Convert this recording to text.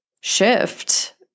shift